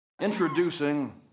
introducing